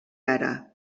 ara